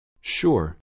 Sure